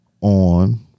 on